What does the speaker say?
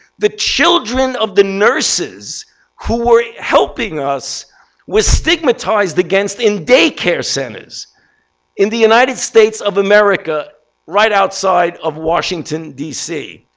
the children of the nurses who were helping us were stigmatized against in day care centers in the united states of america right outside of washington, dc.